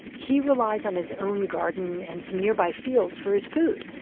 he relies on his own garden and some nearby fields for his food.